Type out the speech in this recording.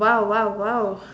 !wow! !wow! !wow!